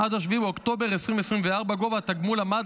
עד 7 באוקטובר 2024 גובה התגמול עמד